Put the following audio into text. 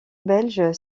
belge